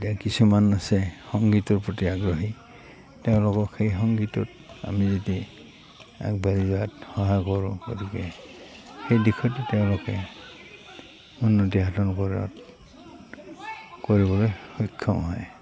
এতিয়া কিছুমান আছে সংগীতৰ প্ৰতি আগ্ৰহী তেওঁলোকক সেই সংগীতত আমি যদি আগবাঢ়ি যোৱাত সহায় কৰোঁ গতিকে সেই দিশতে তেওঁলোকে উন্নতি সাধন কৰাত কৰিবলৈ সক্ষম হয়